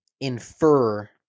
infer